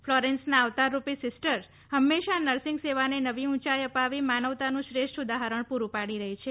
ફોલરેન્સના અવતાર રૂપી સિસ્ટર્સ હંમેશા નર્સિંગ સેવાને નવી ઊંચાઈ અપાવી માનવતાનું શ્રેષ્ઠ ઉદાહરણ પૂડું પાડી રહી છે